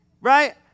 Right